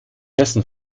hessen